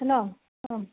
हेल' औ